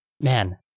man